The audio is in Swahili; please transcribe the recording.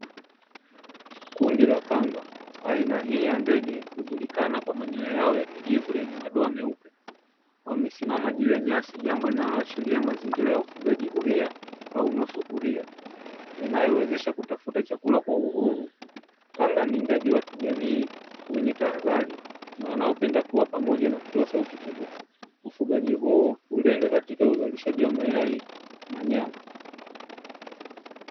Kundi la kanga aina hii ya ndege hujulikana kwa manyoya yao ya kijivu lenye madoa meupe, wamesimama juu ya nyasi jambo linaloashiria mazingira ya ufugaji huria au nusu huria yanayowezesha kutafuta chakula kwa uhuru. Kanga ni ndege wa kijamii wenye tahadhari na wanaopenda kuwa pamoja na kutoa sauti kubwa ufugaji huu hulenga katika uzalishaji wa mayai na nyama.